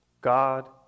God